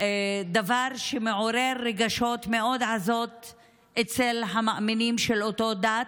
הן דבר שמעורר רגשות מאוד עזים אצל המאמינים של אותה דת,